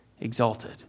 exalted